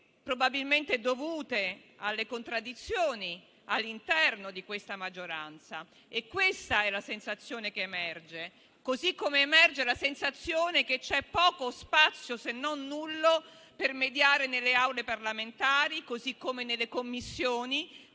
probabilmente dovuto alle contraddizioni all'interno della maggioranza e questa è la sensazione che emerge. Allo stesso modo emerge la sensazione che lo spazio è poco, se non nullo, per mediare nelle Aule parlamentari, così come nelle Commissioni,